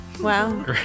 Wow